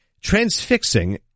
transfixing